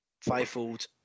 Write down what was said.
fivefold